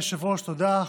אדוני היושב-ראש, תודה.